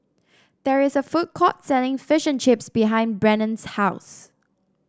there is a food court selling Fish and Chips behind Brennan's house